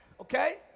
Okay